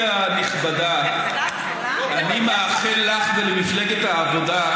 גברתי הנכבדה, אני מאחל לך ולמפלגת העבודה,